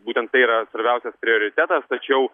būtent tai yra svarbiausias prioritetas tačiau